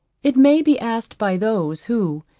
it may be asked by those, who,